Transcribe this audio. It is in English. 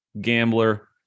gambler